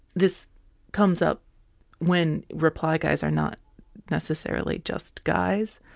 this comes up when reply guys are not necessarily just guys.